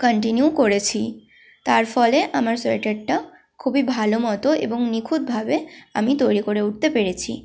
continue করেছি তার ফলে আমার সোয়েটারটা খুবই ভালো মতো এবং নিখুঁতভাবে আমি তৈরি করে উঠতে পেরেছি